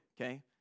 okay